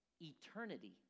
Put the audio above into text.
eternity